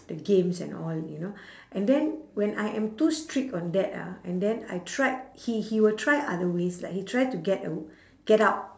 the games and all you know and then when I am too strict on that ah and then I tried he he will try other ways like he try to get aw~ get out